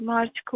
March